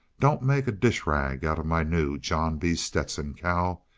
don't make a dish rag of my new john b. stetson, cal.